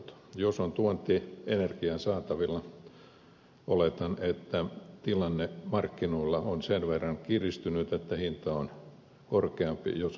jos on tuontienergiaa saatavilla oletan että tilanne markkinoilla on sen verran kiristynyt että hinta on korkeampi jos on paljon energiaa tarjolla